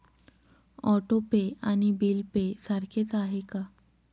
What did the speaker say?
Auto pay आणि bill pay सारखेच आहे का?